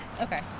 Okay